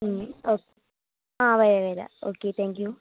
ഒക്കെ അ വരാം വരാം ഓക്കേ താങ്ക്യൂ